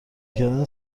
کردن